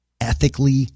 ethically